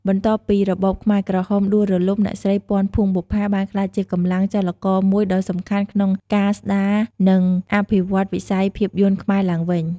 បន្ទាប់ពីរបបខ្មែរក្រហមដួលរលំ អ្នកស្រី ពាន់ ភួងបុប្ផា បានក្លាយជាកម្លាំងចលករមួយដ៏សំខាន់ក្នុងការស្ដារ និងអភិវឌ្ឍវិស័យភាពយន្តខ្មែរឡើងវិញ។